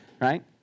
right